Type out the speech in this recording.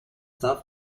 darf